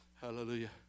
Hallelujah